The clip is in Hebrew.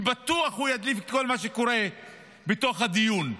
כי בטוח הוא ידליף את כל מה שקורה בתוך הדיון.